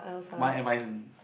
one advice only